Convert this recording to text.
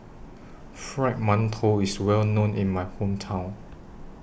Fried mantou IS Well known in My Hometown